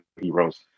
heroes